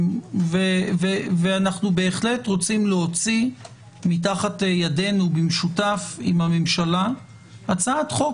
אנחנו בהחלט רוצים להוציא מתחת ידינו במשותף עם הממשלה הצעת חוק